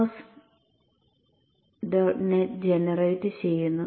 net ജനറേറ്റുചെയ്യുന്നു